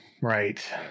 Right